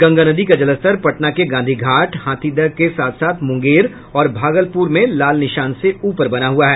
गंगा नदी का जलस्तर पटना के गांधी घाट हाथीदह के साथ साथ मुंगेर और भागलपुर में लाल निशान से ऊपर बना हुआ है